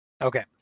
Okay